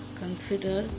consider